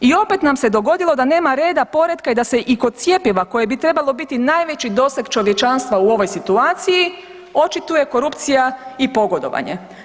I opet nam se dogodilo da nema reda, poretka i da i kod cjepiva koje bi trebalo biti najveći doseg čovječanstva u ovoj situaciji očituje korupcija i pogodovanje.